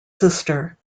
sister